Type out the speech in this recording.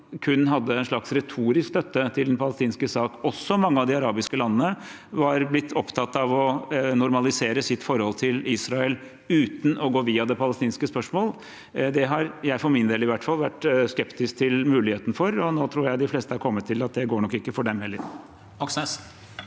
kun hadde en slags retorisk støtte til den palestin ske sak. Også mange av de arabiske landene var blitt opptatt av å normalisere sitt forhold til Israel uten å gå via det palestinske spørsmål. Det har jeg for min del i hvert fall vært skeptisk til muligheten for, og nå tror jeg de fleste har kommet til at det nok ikke går for dem heller.